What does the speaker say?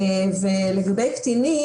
יש חברות מקצועיות